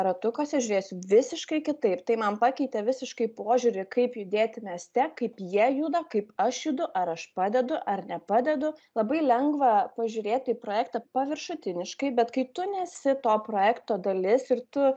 ratukuose žiūrėsiu visiškai kitaip tai man pakeitė visiškai požiūrį kaip judėti mieste kaip jie juda kaip aš judu ar aš padedu ar nepadedu labai lengva pažiūrėti į projektą paviršutiniškai bet kai tu nesi to projekto dalis ir tu